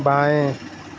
बाएं